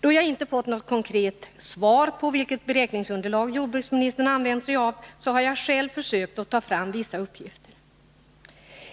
Då jag inte fått något konkret svar på frågan om vilket beräkningsunderlag jordbruksministern använt sig av, har jag själv försökt ta fram vissa uppgifter.